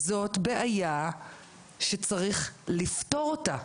זאת בעיה שצריך לפתור אותה.